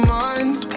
mind